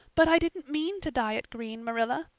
but i didn't mean to dye it green, marilla,